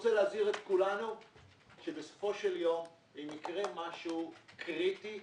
רוצה להזהיר את כולנו ולומר שבסופו של יום אם יקרה משהו קריטי,